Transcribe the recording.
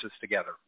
together